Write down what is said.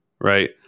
Right